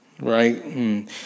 right